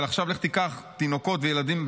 אבל עכשיו לך תיקח תינוקות וילדים,